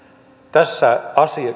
tässä